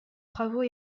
travaux